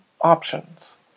options